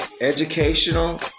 educational